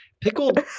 Pickled